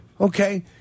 Okay